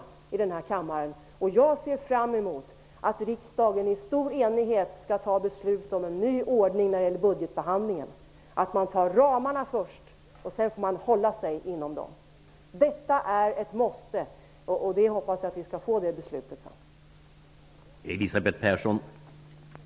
Jag ser fram emot att riksdagen i stor enighet skall fatta beslut om en ny ordning för budgetbehandlingen, så att beslut först fattas om ramarna och man sedan får lov att hålla sig inom dem. Detta är ett måste, och jag hoppas att vi senare kommer att fatta det beslutet.